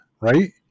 right